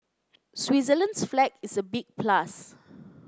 Switzerland's flag is a big plus